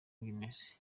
agnes